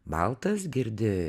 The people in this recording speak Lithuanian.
baltas girdi